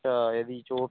अच्छा यदि चोट